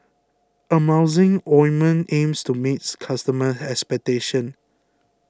Emulsying Ointment aims to meet its customers' expectations